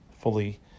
fully